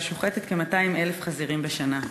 ששוחטת כ-200,000 חזירים בשנה.